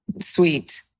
sweet